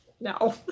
No